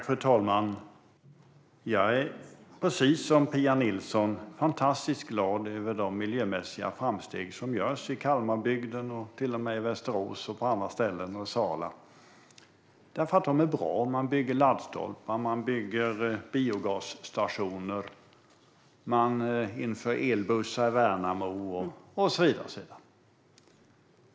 Fru talman! Jag är, precis som Pia Nilsson, fantastiskt glad över de miljömässiga framsteg som görs i Kalmarbygden, Västerås, Sala och på andra ställen, därför att det är bra. Man bygger laddstolpar och biogasstationer, man inför elbussar i Värnamo och så vidare.